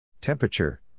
Temperature